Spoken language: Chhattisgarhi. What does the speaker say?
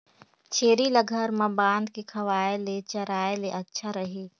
छेरी ल घर म बांध के खवाय ले चराय ले अच्छा रही?